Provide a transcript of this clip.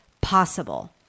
possible